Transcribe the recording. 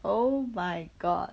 oh my god